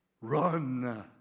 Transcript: run